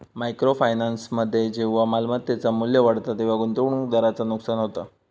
micro फायनान्समध्ये जेव्हा मालमत्तेचा मू्ल्य वाढता तेव्हा गुंतवणूकदाराचा नुकसान होता